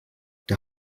der